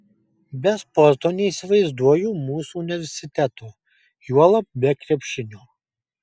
be sporto neįsivaizduoju mūsų universiteto juolab be krepšinio